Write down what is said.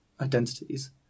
identities